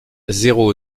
zéro